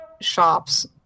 shops